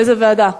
איזו ועדה?